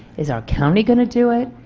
is our county going to do it?